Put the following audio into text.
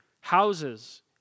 houses